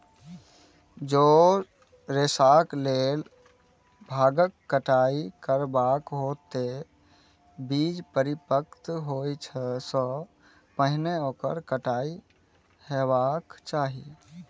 जौं रेशाक लेल भांगक कटाइ करबाक हो, ते बीज परिपक्व होइ सं पहिने ओकर कटाइ हेबाक चाही